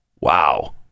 Wow